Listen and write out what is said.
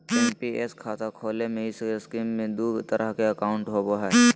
NPS खाता खोले में इस स्कीम में दू तरह के अकाउंट होबो हइ